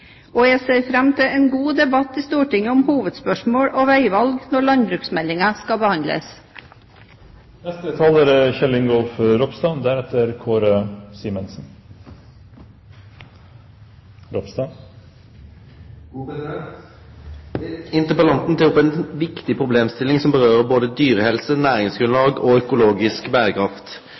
og jeg ser fram til en god debatt i Stortinget om hovedspørsmål og veivalg når landbruksmeldingen skal behandles. Interpellanten tek opp ei viktig problemstilling som kjem inn på både dyrehelse, næringsgrunnlag og økologisk